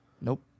Nope